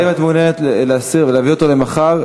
האם את מעוניינת להסיר ולהעביר אותו למחר,